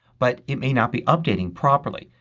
but it may not be updating properly.